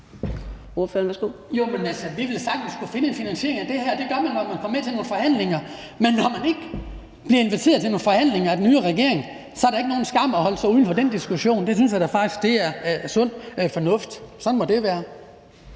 vi vil sagtens kunne finde finansiering af det her, og det gør vi, når vi kommer med til nogle forhandlinger. Men når vi ikke bliver inviteret til nogen forhandlinger af den nye regering, så er det ikke nogen skam at holde sig uden for den diskussion. Det synes jeg da faktisk er sund fornuft. Sådan må det være.